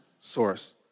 source